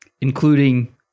including